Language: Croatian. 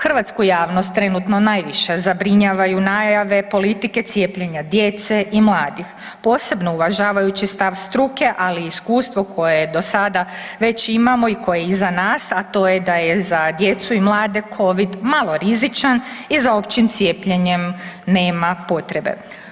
Hrvatsku javnost trenutno najviše zabrinjavaju najave politike cijepljenja djece i mladih, posebno uvažavajući stav struke, ali i iskustvo koje dosada već imamo i koje je iza nas, a to je da je za djecu i mlade covid malo rizičan i za općim cijepljenjem nema potrebe.